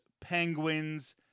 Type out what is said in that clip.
penguins